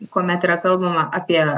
kuomet yra kalbama apie